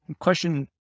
question